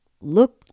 Look